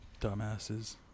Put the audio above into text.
Dumbasses